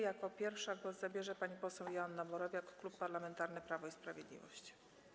Jako pierwsza głos zabierze pani poseł Joanna Borowiak, Klub Parlamentarny Prawo i Sprawiedliwość.